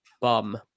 bum